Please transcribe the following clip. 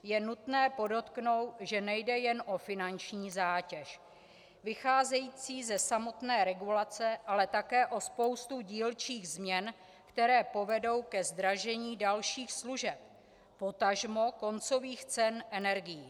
Je nutné podotknout, že nejde jen o finanční zátěž vycházející ze samotné regulace, ale také o spoustu dílčích změn, které povedou ke zdražení dalších služeb, potažmo koncových cen energií.